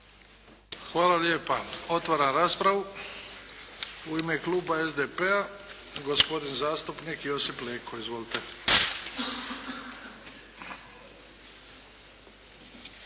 Hvala lijepa. Otvaram raspravu. U ime kluba SDP-a gospodin zastupnik Josip Leko. Izvolite.